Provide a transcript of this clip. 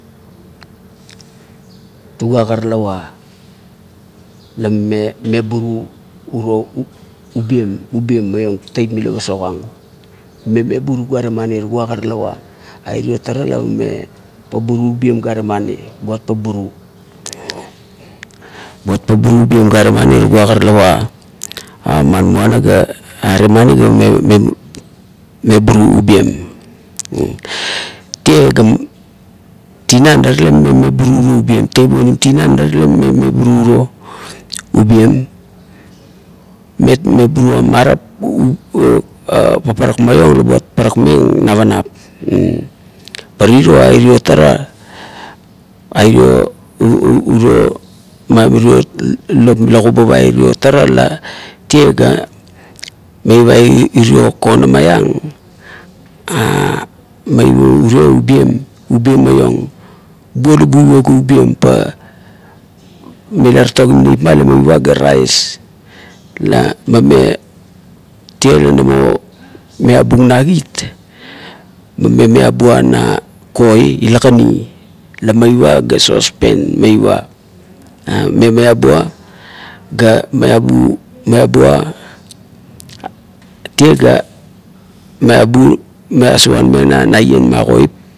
Tugua ga talava, la mame meburu uro ubiem, ubiem maiong teip mila pasokang meme meburu gari mani, tugua ga talavo airo tara la mame uburo ubiem gare mani buat paburu. Buat paburu ubiem, gare mani, tugua ga talava, ma muana ga are mani ga mame mebur ubiem, tie ga tinan la talekan mame meburu urio ubiem teip onim tinana la talekan mame meburu urio ubiem, mamet maburuam marap "u ur" pavakmaiong la buat parakmeng navanap pa tiro ai irio tara a "ur ur" urio mai mirio lop mile kubap ai irio tara la tie ga mulva irio kon maiang "a a a"meivo urio ubiem, ubiem maiong, bubuo ga buivo ga ubiem pa mila tatokim neip ma ga meiva ga rais la mame tie la namo meabung na kit, mame mabua na koi ila kani la meiva ga sospen meiva mame meabu ga meabu meabua tie ga meabu ga agosarmeng na naien ma koip.